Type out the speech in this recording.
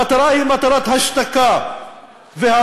המטרה היא מטרת השתקה והרחקה.